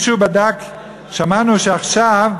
שמענו שעכשיו,